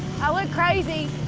i look crazy!